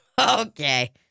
Okay